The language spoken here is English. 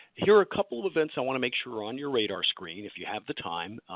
here are a couple events i want to make sure are on your radar screen if you have the time.